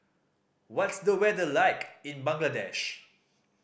what's the weather like in Bangladesh